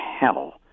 hell